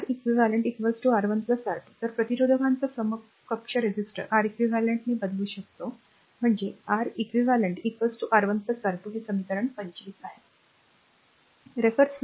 R eq r R1 R2 तर प्रतिरोधकांना समकक्ष रेझिस्टर R eq ने बदलू शकतो म्हणजेच R eq r R1 R2 हे समीकरण 25 असेल